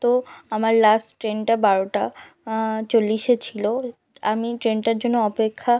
তো আমার লাস্ট ট্রেনটা বারোটা চল্লিশে ছিল আমি ট্রেনটার জন্য অপেক্ষা